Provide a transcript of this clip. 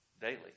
Daily